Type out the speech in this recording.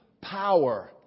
power